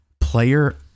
Player